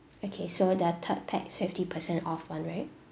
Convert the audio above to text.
okay so the third pax fifty percent off [one] right